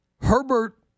Herbert